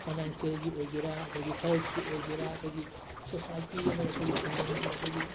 ꯐꯥꯏꯅꯥꯟꯁꯤꯌꯦꯜꯒꯤ ꯑꯣꯏꯒꯦꯔꯥ ꯑꯩꯈꯣꯏꯒꯤ ꯍꯦꯜꯊꯀꯤ ꯑꯣꯏꯒꯦꯔꯥ ꯑꯩꯈꯣꯏꯒꯤ ꯁꯣꯁꯥꯏꯇꯤ ꯑꯃꯗ ꯑꯩꯈꯣꯏꯒꯤ ꯈꯨꯡꯈꯪꯁꯤꯗ ꯑꯩꯈꯣꯏꯒꯤ